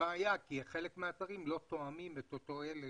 זו בעיה כי חלק מהאתרים לא תואמים את אלה